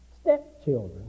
stepchildren